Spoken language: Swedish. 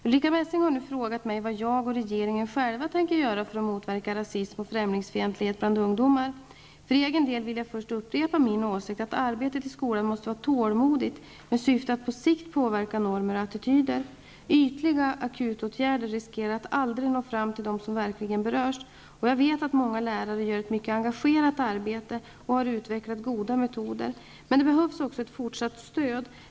Ulrica Messing har nu frågat mig vad jag och regeringen själva tänker göra för att motverka rasism och främlingsfientlighet bland ungdomar. För egen del vill jag först upprepa min åsikt att arbetet i skolan måste vara tålmodigt med syfte att på sikt påverka normer och attityder. Ytliga akutåtgärder riskerar att aldrig nå fram till dem som verkligen berörs. Jag vet att många lärare gör ett mycket engagerat arbete och har utvecklat goda metoder. Men det behövs också ett fortsatt stöd.